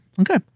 Okay